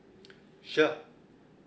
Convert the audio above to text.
sure